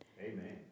Amen